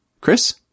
Chris